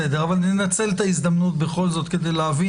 ננצל את ההזדמנות בכל זאת כדי להבין